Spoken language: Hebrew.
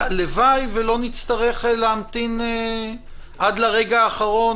והלוואי ולא נצטרך להמתין עד לרגע האחרון